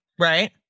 right